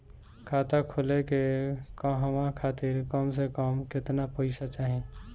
खाता खोले के कहवा खातिर कम से कम केतना पइसा चाहीं?